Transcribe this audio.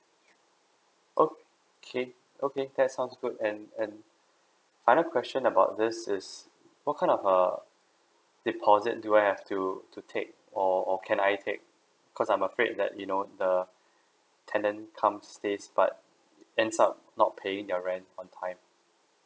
okay okay that's sounds good and and other question about this is what kind of err deposit do I have to to take or or can I take cause I'm afraid that you know the tenant comes stays part ends up not paying their rent on time